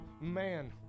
man